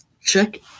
check